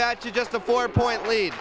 back to just the four point lead